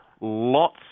lots